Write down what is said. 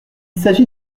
s’agit